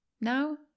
now